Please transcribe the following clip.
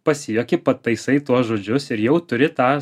pasijuoki pataisai tuos žodžius ir jau turi tą